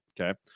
okay